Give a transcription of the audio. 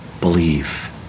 believe